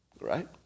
Right